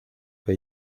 que